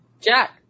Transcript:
jack